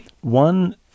One